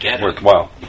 Worthwhile